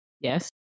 Yes